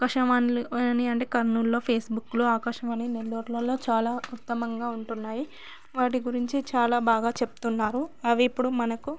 ఆకాశవాణిలో ని అంటే కర్నూల్లో ఫేస్బుక్లో ఆకాశవాణి నెల్లూరులలో చాలా ఉత్తమంగా ఉంటున్నాయి వాటి గురించి చాలా బాగా చెప్తున్నారు అవి ఇప్పుడు మనకు